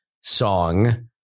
song